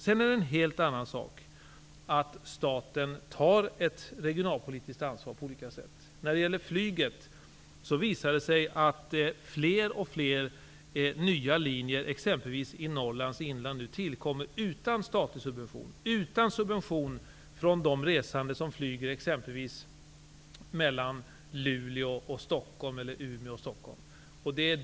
Att staten på olika sätt tar ett regionalpolitiskt ansvar, det är en helt annan sak. Vad gäller flyget, visar det sig att allt fler nya linjer exempelvis i Norrlands inland tillkommer utan statlig subvention, utan subvention från de resande som flyger mellan exempelvis Luleå--Stockholm och Umeå--Stockholm.